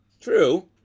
True